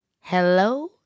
Hello